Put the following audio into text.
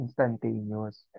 instantaneous